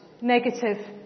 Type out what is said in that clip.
Negative